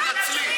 תתנצלי.